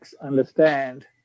understand